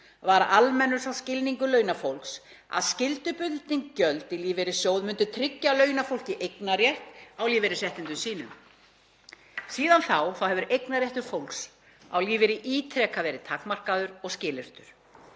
var almennur sá skilningur launafólks að skyldubundin gjöld í lífeyrissjóði myndu tryggja launafólki eignarrétt á lífeyrisréttindum sínum. Síðan þá hefur eignarréttur fólks á lífeyri ítrekað verið takmarkaður og skilyrtur,